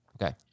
Okay